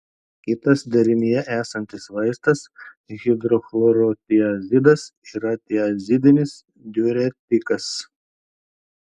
kitas derinyje esantis vaistas hidrochlorotiazidas yra tiazidinis diuretikas